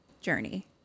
journey